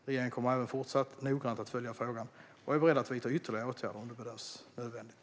Regeringen kommer även fortsatt noggrant att följa frågan och är beredd att vidta ytterligare åtgärder om det bedöms nödvändigt.